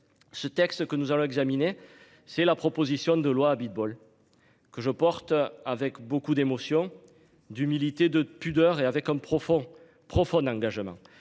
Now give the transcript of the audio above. Ce texte, que nous allons examiner, c'est la proposition de loi Abitbol. Que je porte avec beaucoup d'émotion d'humilité, de pudeur et avec un profond profond engagement